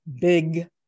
big